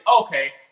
okay